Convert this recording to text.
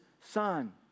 son